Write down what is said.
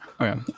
okay